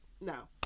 no